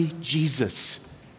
Jesus